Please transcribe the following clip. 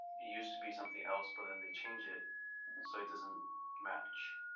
used to be something else but then they changed it so it doesn't match.